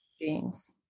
beings